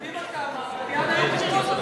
אז בוא, קדימה קמה, ומייד היו בחירות.